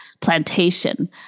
plantation